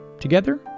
Together